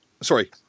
Sorry